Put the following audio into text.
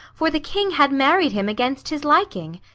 for the king had married him against his liking.